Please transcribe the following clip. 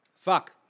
fuck